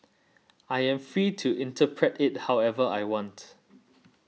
I am free to interpret it however I want